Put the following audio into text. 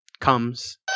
comes